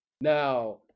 Now